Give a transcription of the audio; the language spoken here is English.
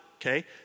Okay